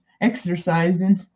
exercising